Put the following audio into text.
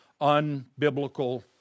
unbiblical